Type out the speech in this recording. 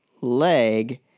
leg